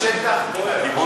השטח בוער.